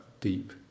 deep